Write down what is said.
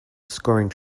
scoring